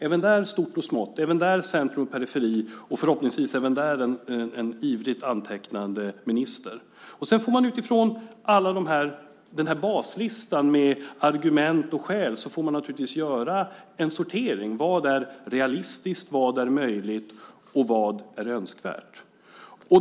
Även där blir det stort och smått, även där centrum och periferi och förhoppningsvis även där en ivrigt antecknande minister. Utifrån denna baslista med argument och skäl får man sedan naturligtvis göra en sortering: Vad är realistiskt, vad är möjligt och vad är önskvärt?